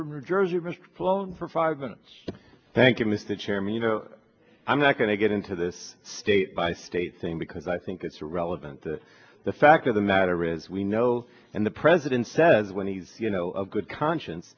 from new jersey just flown for five minutes thank you mr chairman you know i'm not going to get into this state by state saying because i think it's relevant to the fact of the matter is we know and the president says when he's you know of good conscience